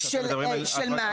כשאתם מדברים, על מה?